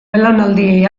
belaunaldiei